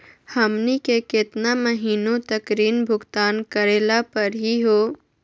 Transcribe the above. हमनी के केतना महीनों तक ऋण भुगतान करेला परही हो?